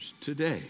today